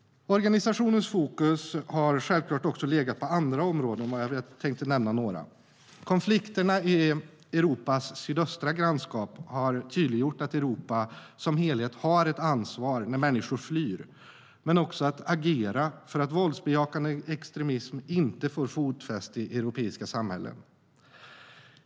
Organisationens fokus har självklart också legat på andra områden, och jag tänkte nämna några. Konflikterna i Europas sydöstra grannskap har tydliggjort att Europa som helhet har ett ansvar när människor flyr och även för att agera för att våldsbejakande extremism inte ska få fotfäste i det europeiska samhället.